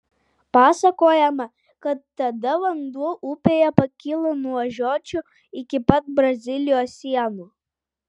pasakojama kad tada vanduo upėje pakyla nuo žiočių iki pat brazilijos sienų